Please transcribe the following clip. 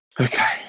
Okay